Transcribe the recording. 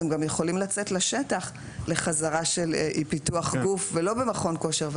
הם גם יכולים לצאת לשטח לחזרה של פיתוח גוף ולא במכון כושר,